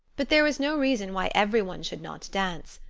but there was no reason why every one should not dance.